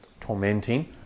tormenting